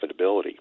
profitability